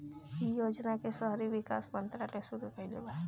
इ योजना के शहरी विकास मंत्रालय शुरू कईले बा